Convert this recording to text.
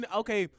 okay